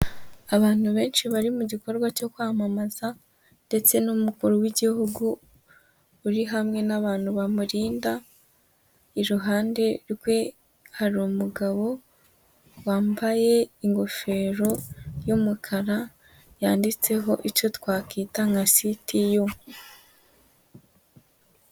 Abantu benshi bari mu gikorwa cyo kwamamaza, ndetse n'umukuru w'igihugu uri hamwe n'abantu bamurinda, iruhande rwe hari umugabo wambaye ingofero y'umukara, yanditseho icyo twakwita nka CTU.